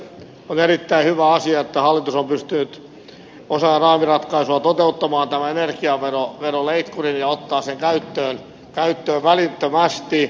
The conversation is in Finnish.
on erittäin hyvä asia että hallitus on pystynyt osan raamiratkaisua toteuttamaan tämän energiaveroleikkurin ja ottaa sen käyttöön välittömästi